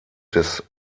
des